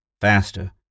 Faster